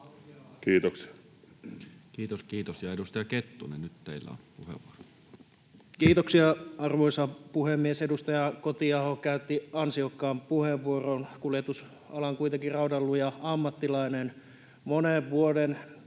Kiitos, kiitos. — Ja edustaja Kettunen, nyt teillä on puheenvuoro. Kiitoksia, arvoisa puhemies! Edustaja Kotiaho, kuljetusalan raudanluja ammattilainen monen vuoden takaa,